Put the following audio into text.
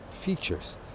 features